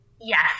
Yes